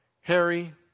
Harry